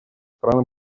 стран